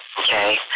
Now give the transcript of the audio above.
okay